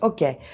Okay